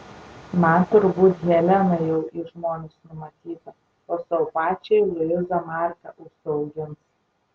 man turbūt helena jau į žmonas numatyta o sau pačiai luiza marką užsiaugins